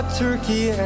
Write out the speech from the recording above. turkey